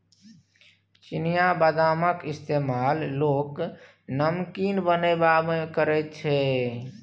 चिनियाबदामक इस्तेमाल लोक नमकीन बनेबामे करैत छै